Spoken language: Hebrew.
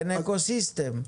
אין אקו-סיסטם.